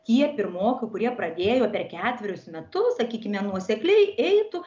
tie pirmokai kurie pradėjo per ketverius metus sakykime nuosekliai eitų